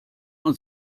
und